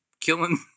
killing